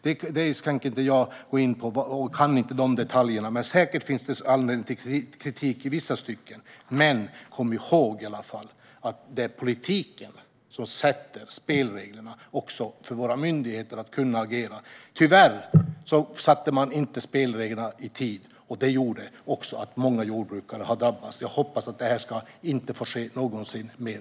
Jag kan inte detaljerna och ska därför inte gå in på det. Säkert finns det anledning till kritik i vissa stycken, men kom ihåg att det är politiken som sätter spelreglerna för våra myndigheter så att de kan agera! Tyvärr satte man inte spelreglerna i tid, och detta har gjort att många jordbrukare har drabbats. Jag hoppas att detta inte ska få ske någonsin mer.